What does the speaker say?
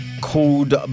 Called